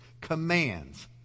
commands